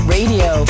Radio